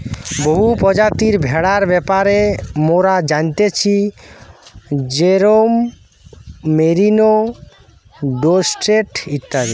বহু প্রজাতির ভেড়ার ব্যাপারে মোরা জানতেছি যেরোম মেরিনো, ডোরসেট ইত্যাদি